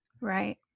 Right